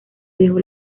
dejó